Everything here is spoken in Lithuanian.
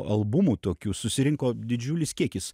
albumų tokių susirinko didžiulis kiekis